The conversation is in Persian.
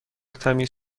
تمیز